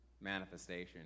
manifestation